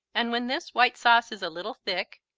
and when this white sauce is a little thick,